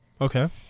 Okay